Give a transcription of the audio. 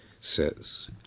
says